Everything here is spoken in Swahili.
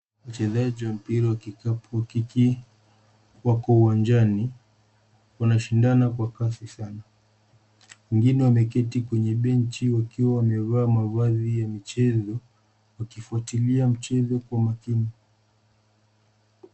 Wachezaji wa mpira wa kikapu wa kike wako uwanjani. Wanashindana kwa kasi sana. Wengine wameketi kwenye benchi wakiwa wamevaa mavazi ya michezo wakifuatilia mchezo kwa makini.